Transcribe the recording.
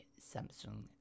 Samsung